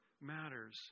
matters